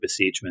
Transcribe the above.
besiegement